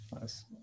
Nice